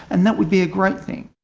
and that would be a great thing.